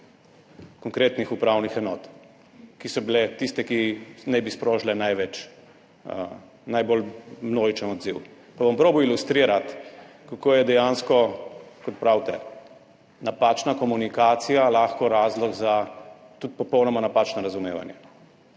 konkretnih upravnih enot, kar je bilo tisto, ki naj bi sprožilo najbolj množičen odziv. Pa bom poskušal ilustrirati, kako je dejansko. Kot pravite, je napačna komunikacija lahko tudi razlog za popolnoma napačno razumevanje.